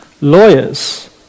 lawyers